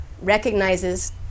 recognizes